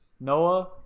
Noah